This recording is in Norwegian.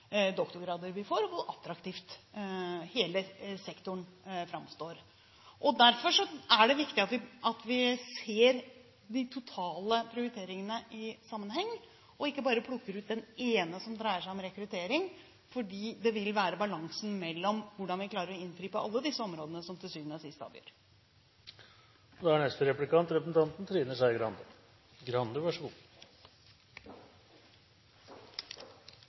doktorgrader vi får, og hvor attraktiv hele sektoren framstår. Derfor er det viktig at vi ser de totale prioriteringene i sammenheng og ikke bare plukker ut den ene som dreier seg om rekruttering. Det vil være balansen her, hvordan vi klarer å innfri på alle disse områdene, som til syvende og sist avgjør. Det er